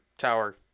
tower